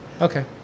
Okay